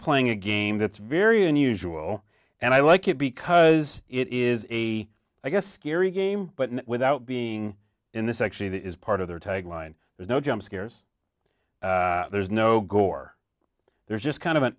playing a game that's very unusual and i like it because it is a i guess scary game but without being in this actually that is part of their tagline there's no jump scares there's no gore there's just kind of an